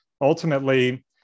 ultimately